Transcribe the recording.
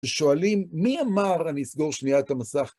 ושואלים, מי אמר, אני אסגור שנייה את המסך?